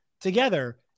together